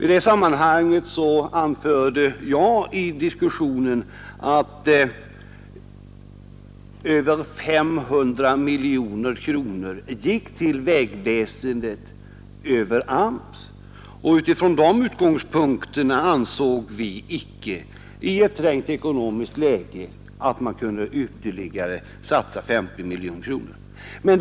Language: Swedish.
I det sammanhanget anförde jag i diskussionen att över 500 miljoner kronor gick till vägväsendet över AMS och att vi därför i ett trängt ekonomiskt läge inte kunde satsa ytterligare 50 miljoner kronor.